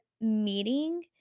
meeting